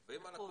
לא, לא נכון,